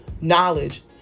knowledge